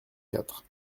quatre